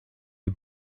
die